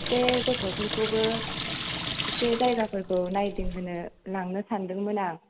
एसे गथफोरखौबो एसे जायगाफोरखौ नायदिंहोनो लांनो सानदोंमोन आं